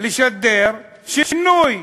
לסדר שינוי.